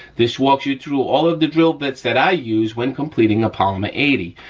this walks you through all of the drill bits that i use when completing a polymer eighty.